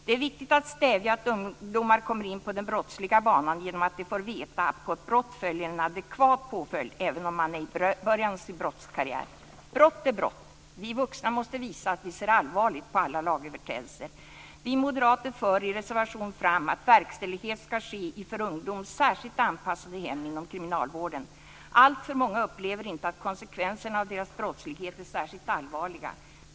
Det är viktigt att stävja att ungdomar kommer in på den brottsliga banan genom att de får veta att på ett brott följer en adekvat påföljd även om man är i början av sin brottskaraktär. Brott är brott! Vi vuxna måste visa att vi ser allvarligt på alla lagöverträdelser. Vi moderater för i en reservation fram att verkställighet ska ske i för ungdom särskilt anpassade hem inom kriminalvården. Alltför många upplever inte att konsekvenserna av deras brottslighet är särskilt allvarliga.